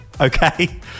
okay